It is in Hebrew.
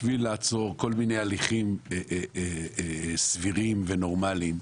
בשביל לעצור כל מיני הליכים סבירים ונורמליים,